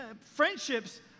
Friendships